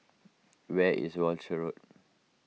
where is Walshe Road